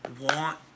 want